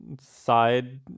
side